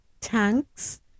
tanks